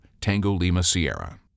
TANGO-LIMA-SIERRA